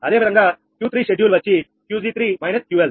అదేవిధంగా Q3 schedule వచ్చి Qg3 QL3